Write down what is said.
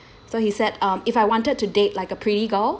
so he said um if I wanted to date like a pretty girl